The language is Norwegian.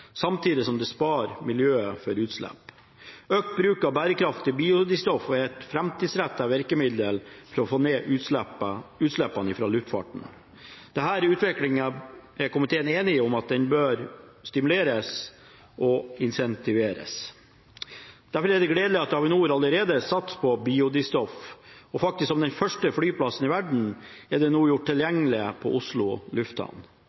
samtidig som det sparer miljøet for utslipp. Økt bruk av bærekraftig biodrivstoff er et framtidsrettet virkemiddel for å få ned utslippene fra luftfarten. Denne utviklingen er komiteen enig om bør stimuleres og intensiveres. Derfor er det gledelig at Avinor allerede satser på biodrivstoff, og at dette nå er gjort tilgjengelig på Oslo Lufthavn – faktisk som den første flyplassen i verden.